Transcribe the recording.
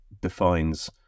defines